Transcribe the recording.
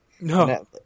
No